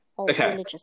Okay